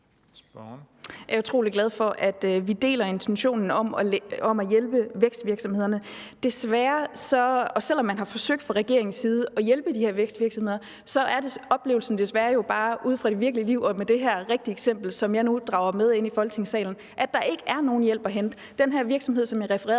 Jeg er utrolig glad for, at vi deler intentionen om at hjælpe vækstvirksomhederne. Desværre – selv om man har forsøgt fra regeringens side at hjælpe de her vækstvirksomheder – er oplevelsen jo bare ude fra det virkelige liv og i det her rigtige eksempel, som jeg nu bringer ind i Folketingssalen, at der ikke er nogen hjælp at hente: For den her virksomhed, som jeg refererede